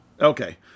Okay